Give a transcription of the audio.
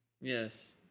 Yes